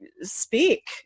Speak